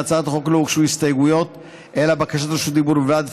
להצעת החוק לא הוגשו הסתייגות אלא בקשת רשות דיבור בלבד,